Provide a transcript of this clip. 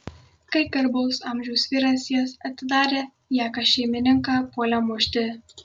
kai garbaus amžiaus vyras jas atidarė jakas šeimininką puolė mušti